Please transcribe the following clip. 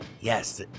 yes